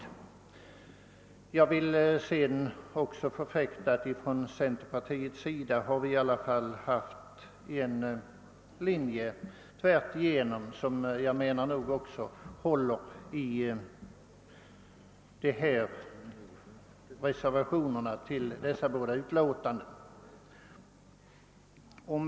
Inom centerpartiet har vi hela tiden följt en bestämd linje i detta avseende, som vi också förfäktar i reservationerna till de föreliggande båda utskottsutlåtandena.